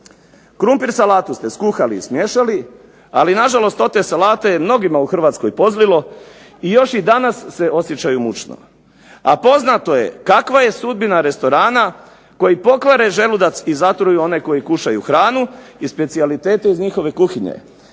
Krumpir salatu ste skuhali i smiješali, ali na žalost od te salate je mnogima u Hrvatskoj pozlilo, i još i danas se osjećaju mučno. A poznato je kakva je sudbina restorana koji pokvare želudac i zatruju one koji kušaju hranu, i specijalitete iz njihove kuhinje.